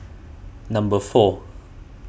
number four